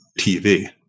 TV